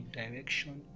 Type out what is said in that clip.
direction